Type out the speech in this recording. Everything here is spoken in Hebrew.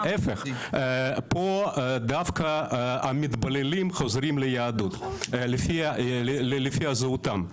פה, דווקא המתבוללים חוזרים ליהדות לפי זהותם.